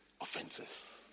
offenses